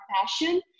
passion